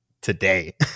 today